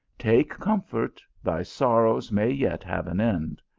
take comfort, thy sorrows may yet have an end,